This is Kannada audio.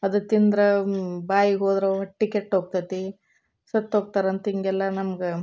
ಅದು ತಿಂದ್ರೆ ಬಾಯಿಗೆ ಹೋದ್ರ ಹೊಟ್ಟಿ ಕೆಟ್ಟೋಗ್ತತಿ ಸತ್ತೋಗ್ತಾರಂತ ಹಿಂಗೆಲ್ಲ ನಮ್ಗೆ